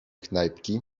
knajpki